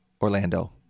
Orlando